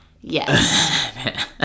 Yes